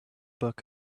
book